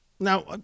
Now